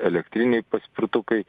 elektriniai paspirtukai